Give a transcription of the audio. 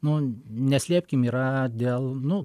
nu neslėpkim yra dėl nu